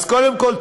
אז קודם כול,